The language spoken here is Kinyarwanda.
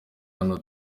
hano